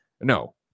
no